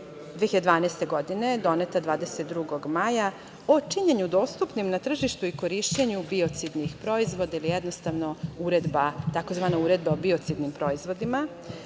2012. godine, doneta 22. maja, o činjenju dostupnim na tržištu i korišćenju biocidnih proizvoda ili jednostavno tzv. uredba o biocidnim proizvodima. Donošenje